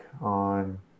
on